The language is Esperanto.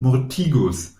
mortigus